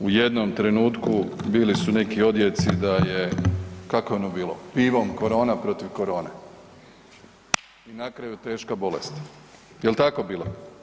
U jednom trenutku bili su neki odjeci da je, kako je ono bilo „pivom korona protiv korone“ i na kraju teška bolest, jel tako bilo?